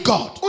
God